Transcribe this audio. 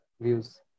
views